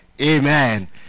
Amen